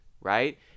right